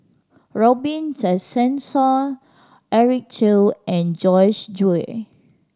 Robin Tessensohn Eric Teo and Joyce Jue